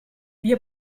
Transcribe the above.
wir